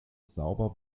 sauber